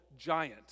giant